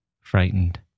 frightened